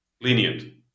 lenient